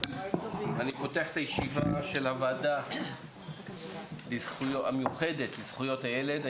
אני פותח את הישיבה של הוועדה המיוחדת לזכויות הילד.